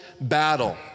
battle